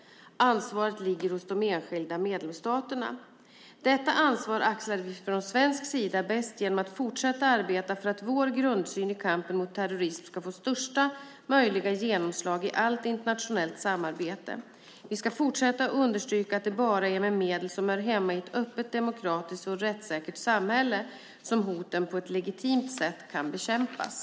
Ansvaret ligger hos de enskilda medlemsstaterna. Detta ansvar axlar vi från svensk sida bäst genom att fortsätta arbeta för att vår grundsyn i kampen mot terrorism ska få största möjliga genomslag i allt internationellt samarbete. Vi ska fortsätta understryka att det bara är med medel som hör hemma i ett öppet, demokratiskt och rättssäkert samhälle som hoten på ett legitimt sätt kan bekämpas.